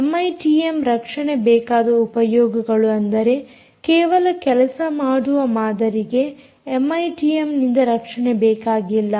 MITM ರಕ್ಷಣೆ ಬೇಕಾಗದ ಉಪಯೋಗಗಳು ಅಂದರೆ ಕೇವಲ ಕೆಲಸ ಮಾಡುವ ಮಾದರಿಗೆ ಎಮ್ಐಟಿಎಮ್ನಿಂದ ರಕ್ಷಣೆ ಬೇಕಾಗಿಲ್ಲ